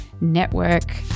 network